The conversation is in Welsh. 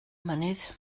mynydd